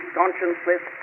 conscienceless